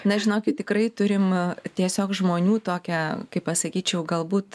na žinokit tikrai turim tiesiog žmonių tokią kaip pasakyčiau galbūt